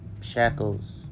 shackles